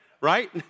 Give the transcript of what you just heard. right